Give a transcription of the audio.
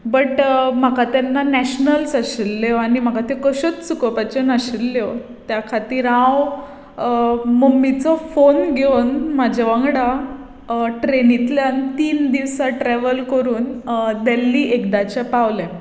but म्हाका तेन्ना nationals आशिल्ल्यो आनी म्हाका त्यो कश्योच चुकोवपाच्यो नाशिल्ल्यो त्या खातीर हांव मम्मीचो फोन घेवन म्हज्या वांगडा ट्रॅनिंतल्यान तीन दीस ट्रॅव्हल करून देल्ली एकदांचें पावलें